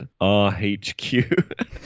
RHQ